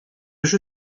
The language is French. jeu